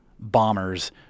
bombers